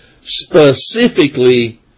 specifically